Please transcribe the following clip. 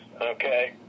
Okay